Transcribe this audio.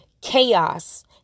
chaos